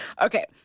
Okay